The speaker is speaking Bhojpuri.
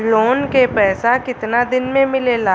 लोन के पैसा कितना दिन मे मिलेला?